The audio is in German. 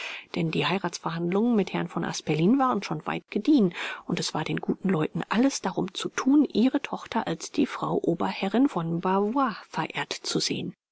denn die heiratsverhandlungen mit herrn von asperlin waren schon weit gediehen und es war den guten leuten alles darum zu thun ihre tochter als die frau oberherrin von bavois verehrt zu sehen